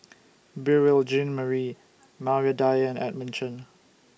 Beurel Jean Marie Maria Dyer and Edmund Chen